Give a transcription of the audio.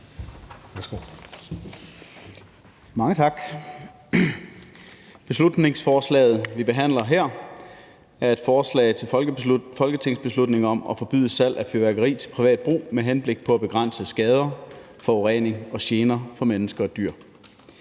Mange tak. Beslutningsforslaget, vi behandler her, er et forslag til folketingsbeslutning om at forbyde salg af fyrværkeri til privat brug med henblik på at begrænse skader, forurening og gener for mennesker og dyr.